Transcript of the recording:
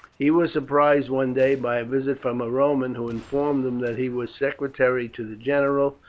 he was surprised one day by a visit from a roman, who informed him that he was secretary to the general,